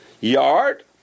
yard